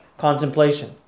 Contemplation